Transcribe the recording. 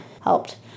helped